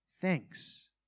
thanks